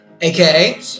AKA